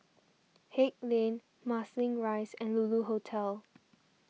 Haig Lane Marsiling Rise and Lulu Hotel